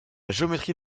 géométrie